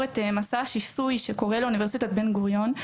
את מסע השיסוי שקורה לאונ' בן גוריון.